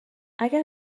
اگر